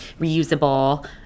reusable